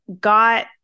got